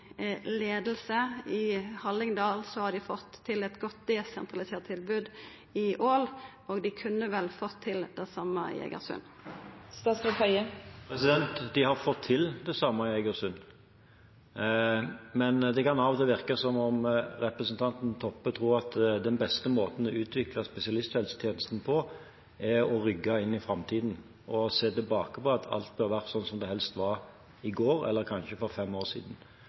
I Hallingdal har ein fått til eit godt desentralisert tilbod i Ål, og dei kunne vel fått til det same i Egersund. De har fått til det samme i Egersund, men det kan av og til virke som om representanten Toppe tror at den beste måten å utvikle spesialisthelsetjenesten på, er å rygge inn i framtiden og se tilbake på at alt bør være som det helst var i går, eller kanskje for fem år siden.